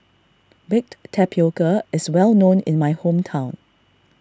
Baked Tapioca is well known in my hometown